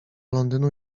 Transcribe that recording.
londynu